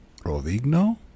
Rovigno